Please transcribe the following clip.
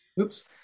Oops